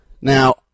Now